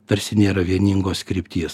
tarsi nėra vieningos krypties